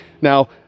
Now